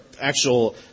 actual